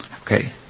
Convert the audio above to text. Okay